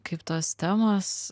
kaip tos temos